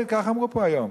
כך אמרו פה היום,